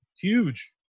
huge